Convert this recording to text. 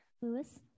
Lewis